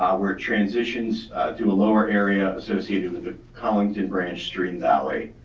where it transitions to a lower area associated with the collington branch stream valley.